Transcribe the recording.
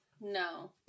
no